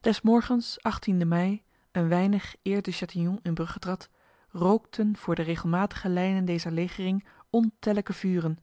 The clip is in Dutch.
des morgens achttiende mei een weinig eer de chatillon in brugge trad rookten voor de regelmatige lijnen dezer legering ontellijke vuren